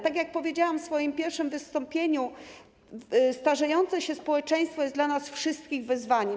Tak jak powiedziałam w swoim pierwszym wystąpieniu, starzejące się społeczeństwo jest dla nas wszystkich wyzwaniem.